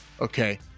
Okay